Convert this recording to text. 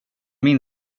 min